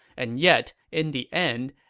and yet in the end,